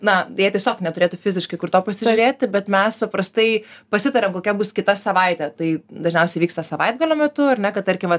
na jie tiesiog neturėtų fiziškai kur to pasižiūrėti bet mes paprastai pasitariam kokia bus kita savaitė tai dažniausiai vyksta savaitgalio metu ar ne kad tarkim va